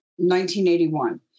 1981